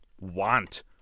want